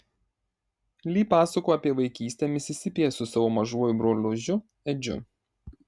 li pasakojo apie vaikystę misisipėje su savo mažuoju brolužiu edžiu